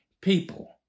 people